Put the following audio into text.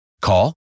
Call